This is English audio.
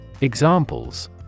Examples